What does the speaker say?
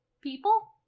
People